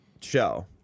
show